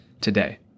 today